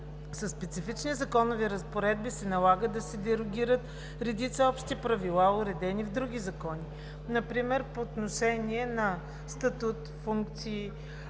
Със специфични законови разпоредби се налага да се дерогират редица общи правила, уредени в други закони, например по отношение на статут, функции,